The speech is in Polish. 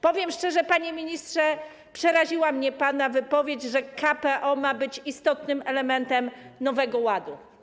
Powiem szczerze, panie ministrze, że przeraziła mnie pana wypowiedź, że KPO ma być istotnym elementem nowego ładu.